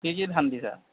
কি কি ধান দিছা